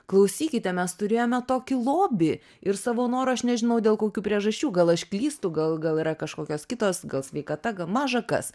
klausykite mes turėjome tokį lobį ir savo noru aš nežinau dėl kokių priežasčių gal aš klystu gal gal yra kažkokios kitos gal sveikata gal maža kas